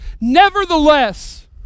nevertheless